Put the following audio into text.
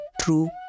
true